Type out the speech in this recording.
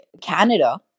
Canada